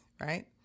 right